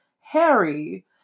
Harry